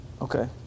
Okay